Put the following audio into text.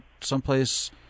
someplace